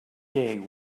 dig